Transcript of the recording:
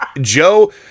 Joe